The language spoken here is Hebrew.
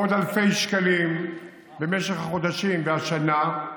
עוד אלפי שקלים במשך החודשים והשנה?